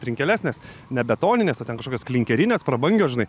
trinkeles nes ne betoninės o ten kažkokios klinkerinės prabangios žinai